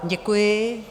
Děkuji.